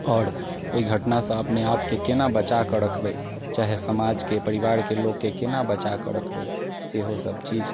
आओर ओइ घटनासँ अपनेआपके केना बचाकऽ रखबै चाहे समाजके परिवारके लोगके केना बचाकऽ रखबै सेहो सब चीज